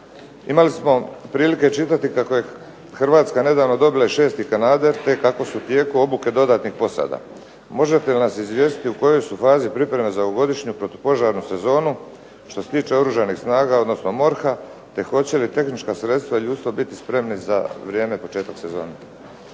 Imali smo prilike čitati kako je Hrvatska nedavno dobila i šesti kanader te kako su u tijeku obuke dodatnih posada. Možete li nas izvijestiti u kojoj su fazi pripreme za ovogodišnju protupožarnu sezonu, što se tiče oružanih snaga, odnosno MORH-a te hoće li tehnička sredstva i ljudstvo biti spremni za vrijeme i početak sezone.